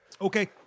Okay